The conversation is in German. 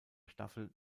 staffel